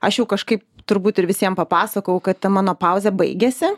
aš jau kažkaip turbūt ir visiem papasakojau kad ta mano pauzė baigėsi